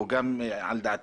גם על דעתך,